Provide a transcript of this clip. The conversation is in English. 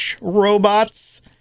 Robots